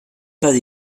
pas